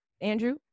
Andrew